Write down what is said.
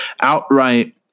outright